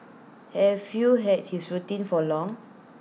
have you had this routine for long